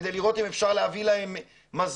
כדי לראות אם אפשר להביא להם מזון